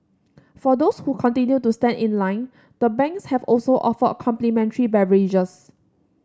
for those who continue to stand in line the banks have also offered complimentary